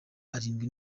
arindwi